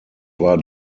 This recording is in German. war